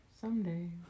Someday